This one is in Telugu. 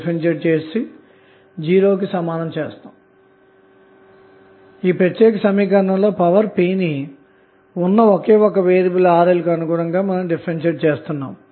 కాబట్టిఈ ప్రత్యేక సమీకరణంలో పవర్ p ని ఉన్న ఒకేఒక వేరియబుల్ RL కుఅనుగుణంగా డిఫరెన్షియేట్ చేద్దాము